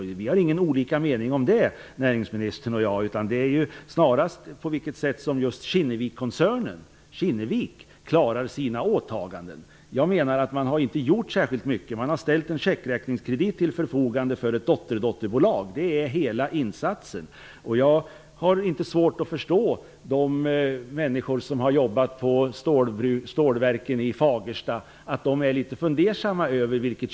Näringsministern och jag har ingen olika mening om det. Den här frågan gäller snarast på vilket sätt Kinnevikkoncernen klarar sina åtaganden. Jag menar att man inte har gjort särskilt mycket. Man har ställt en checkräkningskredit till förfogande för ett dotterdotterbolag. Det är hela insatsen. Jag har inte svårt att förstå att de människor som har jobbat på stålverken i Fagersta blir litet fundersamma när de ser mediemiljarderna segla runt i TV 4 bl.a.